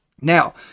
Now